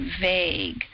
vague